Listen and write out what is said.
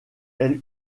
elle